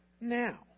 now